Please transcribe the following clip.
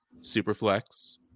Superflex